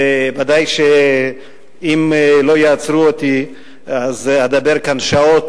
וודאי שאם לא יעצרו אותי אז אדבר כאן שעות,